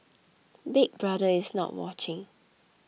Big Brother is not watching